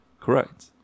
Correct